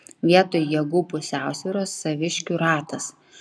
vietoj jėgų pusiausvyros saviškių ratas